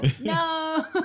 No